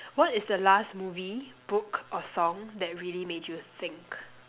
what is the last movie book or song that really made you think